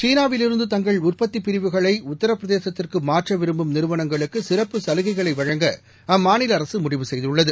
சீனாவிலிருந்து தங்கள் உற்பத்தி பிரிவுகளை உத்திரபிரதேசத்திற்கு மாற்ற விரும்பும் நிறுவனங்களுக்கு சிறப்பு சலுகைகளை வழங்க அம்மாநில அரசு முடிவு செய்துள்ளது